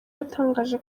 yatangaje